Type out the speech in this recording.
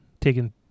taken